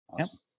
Awesome